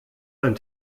ein